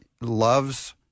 loves